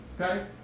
Okay